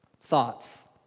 Thoughts